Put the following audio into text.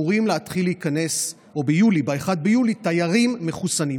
אמורים להתחיל להיכנס תיירים מחוסנים.